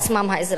האזרחים,